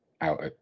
out